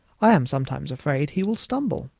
i am sometimes afraid he will stumble.